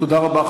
תודה רבה.